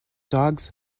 dogs